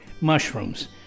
mushrooms